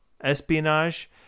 espionage